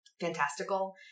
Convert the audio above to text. fantastical